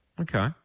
Okay